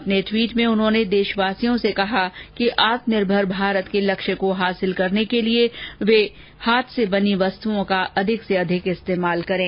अपने ट्वीट में उन्होंने देशवासियों से कहा कि आत्मनिर्भर भारत के लक्ष्य को हासिल करने के लिए वे अधिक से अधिक हाथ से बनी वस्तुओं का इस्तेमाल करें